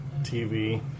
TV